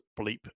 bleep